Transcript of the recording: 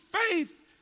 faith